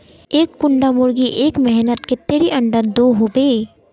एक कुंडा मुर्गी एक महीनात कतेरी अंडा दो होबे?